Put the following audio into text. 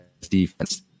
defense